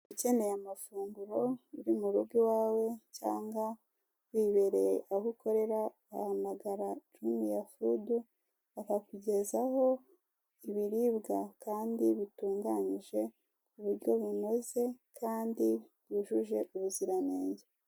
Ukeneye amafunguro uri murugo iwawe cyangwa wibereye aho ukorera, wahamagara juniya fudu, bakakugezaho ibiribwa kandi bitunganyije kuburyo bunoze kandi bwujuje ubuziranenge.